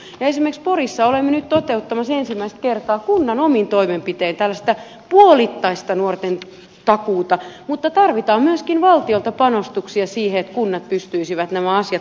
esimerkiksi porissa olemme nyt toteuttamassa ensimmäistä kertaa kunnan omin toimenpitein tällaista puolittaista nuorten takuuta mutta myöskin valtiolta tarvitaan panostuksia siihen että kunnat pystyisivät nämä asiat paremmin hoitamaan